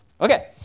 Okay